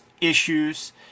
issues